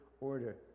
order